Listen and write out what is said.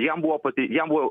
jam buvo pati jam buvo